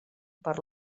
per